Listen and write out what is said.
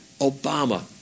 Obama